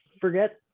forget